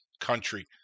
country